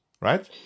right